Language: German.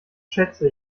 schätze